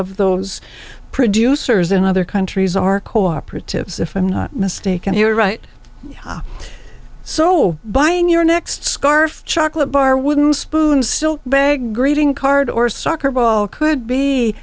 of those producers in other countries are cooperatives if i'm not mistaken here right so buying your next scarf chocolate bar wooden spoon still bag reading card or soccer ball could be